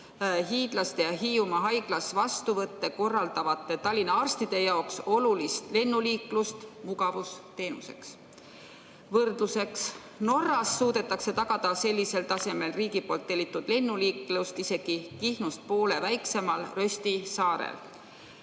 juht Hiiumaa haiglas vastuvõtte korraldavate Tallinna arstide jaoks olulist lennuliiklust mugavusteenuseks. Võrdluseks: Norras suudetakse tagada sellisel tasemel riigi poolt tellitud lennuliiklus isegi Kihnust poole väiksemal Røsti saarel.